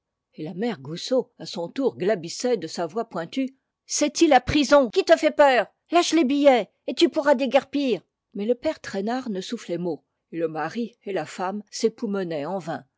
et la mère goussot à son tour glapissait de sa voix pointue cest i la prison qui te fait peur lâche les billets et tu pourras déguerpir mais le père traînard ne soufflait mot et le mari et la femme s'époumonaient en vain